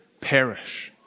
Perish